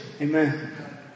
amen